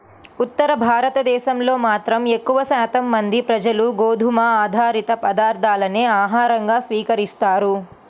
ఉత్తర భారతదేశంలో మాత్రం ఎక్కువ శాతం మంది ప్రజలు గోధుమ ఆధారిత పదార్ధాలనే ఆహారంగా స్వీకరిస్తారు